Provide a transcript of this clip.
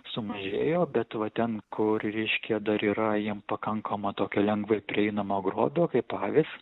sumažėjo bet va ten kur reiškia dar yra jiem pakankama tokio lengvai prieinamo grobio kaip avys